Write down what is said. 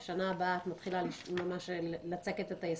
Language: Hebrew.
בשנה הבאה את מתחילה לצקת את היסודות.